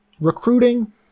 recruiting